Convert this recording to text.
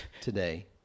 today